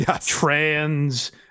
trans